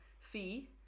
Fee